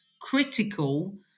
critical